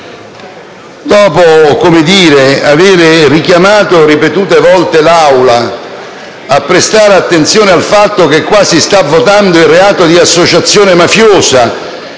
Dopo aver richiamato ripetute volte l'Assemblea a prestare attenzione al fatto che qua si sta votando il reato di associazione mafiosa